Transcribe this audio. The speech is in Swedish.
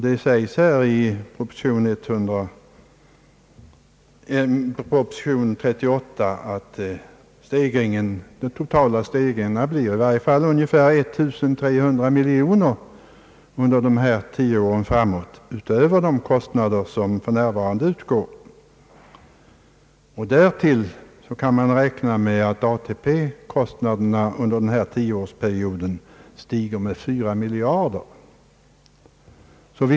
Det sägs i proposition nr 38 att den totala ökningen av kostnaderna på detta område under den närmaste tioårsperioden beräknas till i varje fall 1 300 miljoner kronor. Därtill kan man räkna med att kostnaderna för ATP under denna tioårsperiod stiger med 4 miljarder kronor.